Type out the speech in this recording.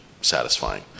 satisfying